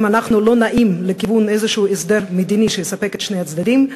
אם אנחנו לא נעים לכיוון איזשהו הסדר מדיני שיספק את שני הצדדים,